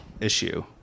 issue